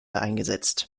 eingesetzt